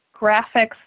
graphics